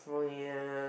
friends